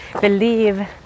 believe